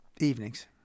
Evenings